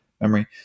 memory